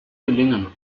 gelingen